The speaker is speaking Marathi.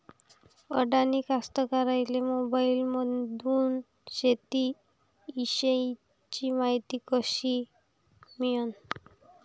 अडानी कास्तकाराइले मोबाईलमंदून शेती इषयीची मायती कशी मिळन?